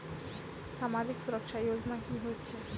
सामाजिक सुरक्षा योजना की होइत छैक?